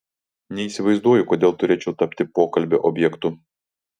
neįsivaizduoju kodėl turėčiau tapti pokalbio objektu